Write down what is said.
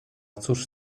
cóż